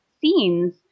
scenes